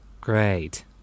Great